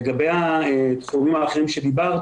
לגבי התחומים האחרים שדיברת,